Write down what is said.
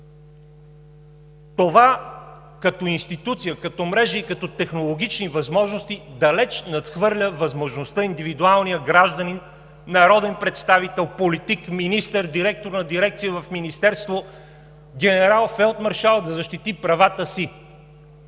Това като институция, като мрежи и като технологични възможности далеч надхвърля възможността индивидуалният гражданин, народен представител, политик, министър, директор на дирекция в министерство, генерал, фелдмаршал да защити правата си.